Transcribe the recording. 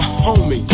homie